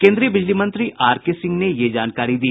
केन्द्रीय बिजली मंत्री आरके सिंह ने ये जानकारी दी